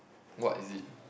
what is it